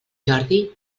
jordi